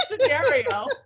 scenario